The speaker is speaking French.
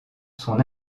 son